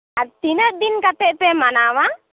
ᱟᱨ ᱛᱤᱱᱟᱹᱜ ᱫᱤᱱ ᱠᱟᱛᱮ ᱯᱮ ᱢᱟᱱᱟᱣᱟ